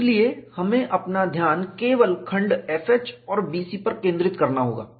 इसलिए हमें अपना ध्यान केवल खंड FH और BC पर केंद्रित करना होगा